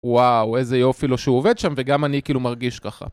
וואו, איזה יופי לו שהוא עובד שם, וגם אני מרגיש ככה.